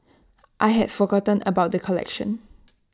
I had forgotten about the collection